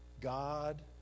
God